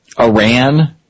Iran